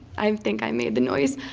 i think i made the noise.